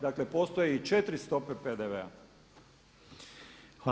Dakle, postoji 4 stope PDV-a.